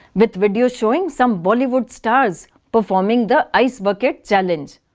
but video showing some bollywood stars performing their ice bucket challenge.